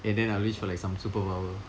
and then I'll wish for like some superpower